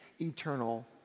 eternal